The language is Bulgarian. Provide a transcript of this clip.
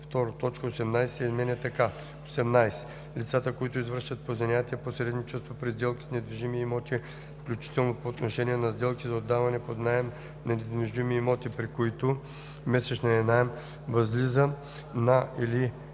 2. Точка 18 се изменя така: „18. лицата, които извършват по занятие посредничество при сделки с недвижими имоти, включително по отношение на сделки за отдаване под наем на недвижими имоти, при които месечният наем възлиза на или